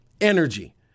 energy